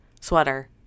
sweater